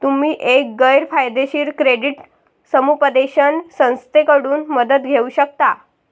तुम्ही एक गैर फायदेशीर क्रेडिट समुपदेशन संस्थेकडून मदत घेऊ शकता